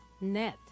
net